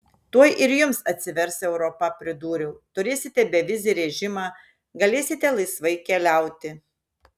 tuoj ir jums atsivers europa pridūriau turėsite bevizį režimą galėsite laisvai keliauti